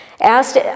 asked